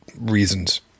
reasons